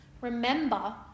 remember